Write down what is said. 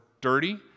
dirty